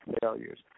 failures